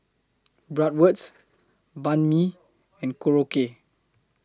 Bratwurst Banh MI and Korokke